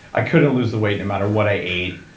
i couldn't lose the weight no matter what i ate.